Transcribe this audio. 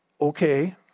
Okay